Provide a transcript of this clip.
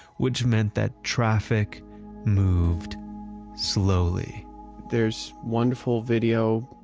which meant that traffic moved slowly there's wonderful video,